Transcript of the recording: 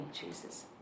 Jesus